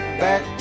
back